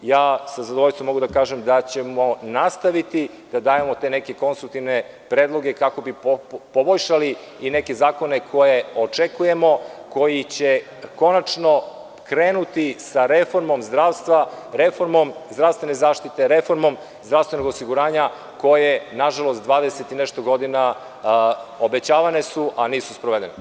Ja sa zadovoljstvom mogu da kažem - da ćemo nastaviti da dajemo te neke konsultivne predloge kako bi poboljšali i neke zakone koje očekujemo, koji će konačno krenuti sa reformom zdravstva, reformom zdravstvene zaštite reformom, zdravstvenog osiguranja koje, nažalost, 20 i nešto godina, obećavane su, a nisu sprovedene.